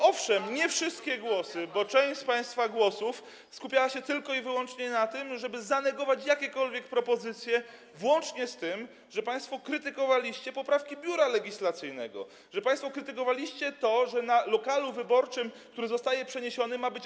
Owszem, nie wszystkie głosy, bo część z państwa skupiała się tylko i wyłącznie na tym, żeby zanegować jakiekolwiek propozycje, włącznie z tym, że państwo krytykowaliście poprawki Biura Legislacyjnego, że państwo krytykowaliście to, że na lokalu wyborczym, który zostaje przeniesiony, ma być.